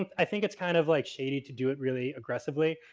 i think it's kind of like shady to do it really aggressively.